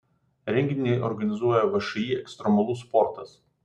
renginį organizuoja všį ekstremalus sportas